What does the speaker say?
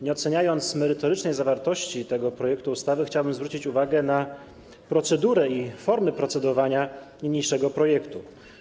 Nie oceniając merytorycznie zawartości tego projektu ustawy, chciałbym zwrócić uwagę na procedurę i formy procedowania nad niniejszym projektem.